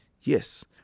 Yes